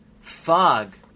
fog